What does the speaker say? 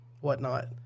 whatnot